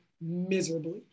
miserably